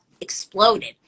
exploded